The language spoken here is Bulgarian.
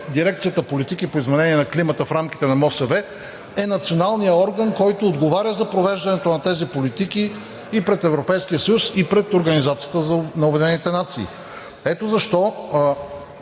Дирекцията „Политики по изменение на климата“ в рамките на МОСВ е националният орган, който отговоря за провеждането на тези политики и пред Европейския съюз и пред Организацията на